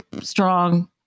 strong